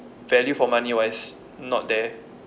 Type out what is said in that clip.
value for money wise not there